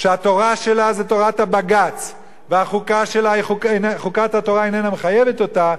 שהתורה שלה זה תורת הבג"ץ וחוקת התורה איננה מחייבת אותה,